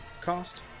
cost